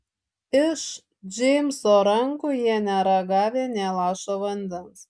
iš džeimso rankų jie nėra gavę nė lašo vandens